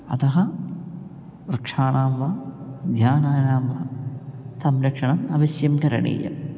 अतः वृक्षाणां वा ध्यानानां वा संरक्षणम् अवश्यं करणीयम्